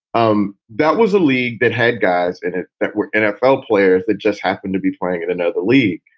um that was a league that had guys in it that were nfl players that just happened to be playing in another league,